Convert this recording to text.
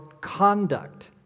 conduct